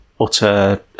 utter